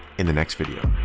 in the next video.